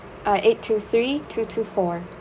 uh eight two three two two four